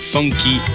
funky